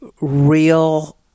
real